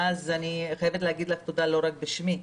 ואז אני חייבת להגיד לך תודה לא רק בשמי,